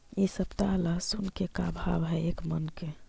इ सप्ताह लहसुन के का भाव है एक मन के?